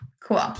Cool